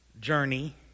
journey